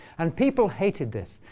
and people hated this.